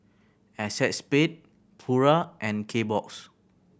Acexspade Pura and Kbox